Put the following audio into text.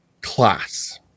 class